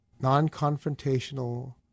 Non-confrontational